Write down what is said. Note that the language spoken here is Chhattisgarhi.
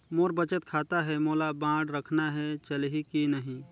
मोर बचत खाता है मोला बांड रखना है चलही की नहीं?